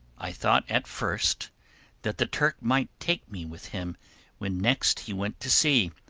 i thought at first that the turk might take me with him when next he went to sea,